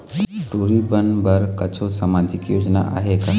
टूरी बन बर कछु सामाजिक योजना आहे का?